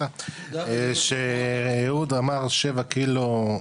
אהוד אמר שבע קילו,